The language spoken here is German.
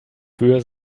für